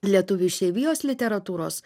lietuvių išeivijos literatūros